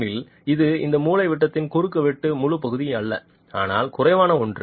ஏனெனில் இது இந்த மூலைவிட்டத்தின் குறுக்குவெட்டின் முழுப் பகுதியும் அல்ல ஆனால் குறைவான ஒன்று